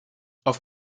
auf